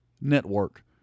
Network